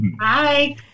Hi